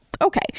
okay